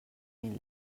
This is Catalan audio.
mil